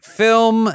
film